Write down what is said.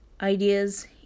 ideas